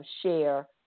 share